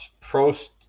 prost